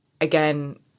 again